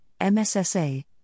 MSSA